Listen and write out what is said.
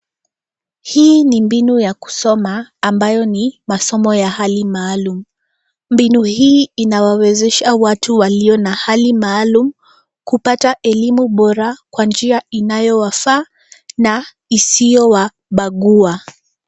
Hii ni mbinu ya kusoma ambayo ni masomo ya hali maalum. Mbinu hii inawawezesha watu walio na hali maalum kupata elimu bora kwa njia inayowafaa na isiyo wabagua.